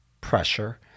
pressure